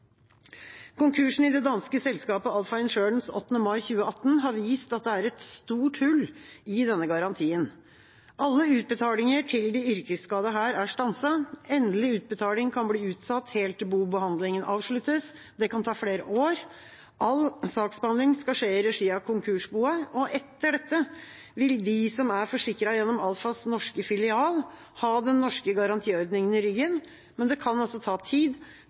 Konkursen i det danske selskapet Alpha Insurance 8. mai 2018 har vist at det er et stort hull i denne garantien. Alle utbetalinger til de yrkesskadde her er stanset. Endelig utbetaling kan bli utsatt helt til bobehandlingen avsluttes. Det kan ta flere år. All saksbehandling skal skje i regi av konkursboet. Etter det vil de som er forsikret gjennom Alphas norske filial, ha den norske garantiordningen i ryggen, men det kan ta tid